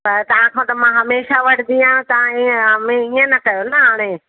त तव्हांखां त मां हमेशा वठंदी आहियां तव्हां इअं इअं न कयो न हाणे